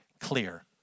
clear